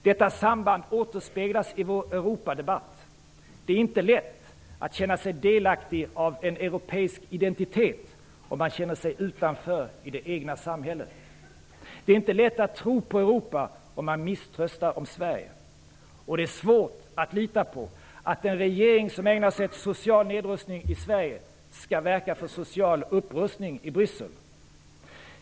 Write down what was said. Detta samband återspeglas i vår Europadebatt. Det är inte lätt att känna sig delaktig av en europeisk identitet, om man känner sig utanför i det egna samhället. Det är inte lätt att tro på Europa, om man misströstar om Sverige. Och det är svårt att lita på att en regering som ägnar sig åt social nedrustning i Sverige skall verka för social upprustning i Bryssel.